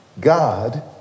God